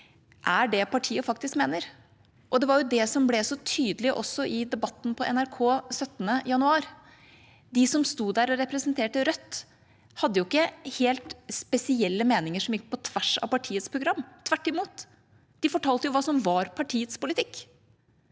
er det partiet faktisk mener. Det var det som ble så tydelig også i Debatten på NRK 17. januar i år. De som sto der og representerte Rødt, hadde jo ikke helt spesielle meninger som gikk på tvers av partiets program. Tvert imot: De fortalte hva som var partiets politikk.